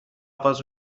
آغاز